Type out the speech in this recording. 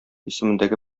исемендәге